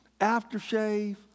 aftershave